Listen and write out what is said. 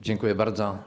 Dziękuję bardzo.